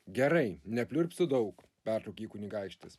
gerai nepliurpsiu daug pertraukė jį kunigaikštis